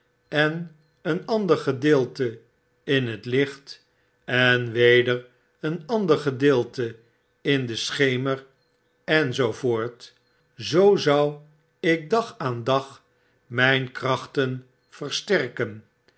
en een ander gedeelte in het licht en weder een ander gedeelte in den schemer en zoo voort zoo zou ik dag aan dag myn kracht versterken